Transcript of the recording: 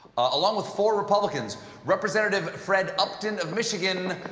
along with four republicans representative fred upton of michigan,